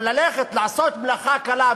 אבל ללכת לעשות מלאכה קלה,